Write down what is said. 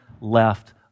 left